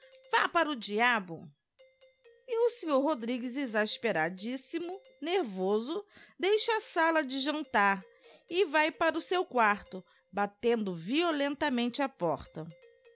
vá para o diabo e o sr rodrigues exasperadíssimo nervoso deixa a sala de jantar e vae para o seu quarto batendo violentamente a porta